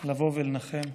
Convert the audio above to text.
לבוא ולנחם.